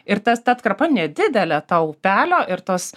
ir tas ta atkarpa nedidelė to upelio ir tos